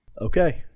Okay